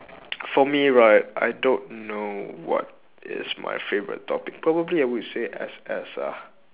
for me right I don't know what is my favorite topic probably I would say S_S ah